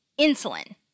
insulin